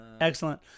Excellent